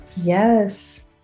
Yes